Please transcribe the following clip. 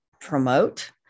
promote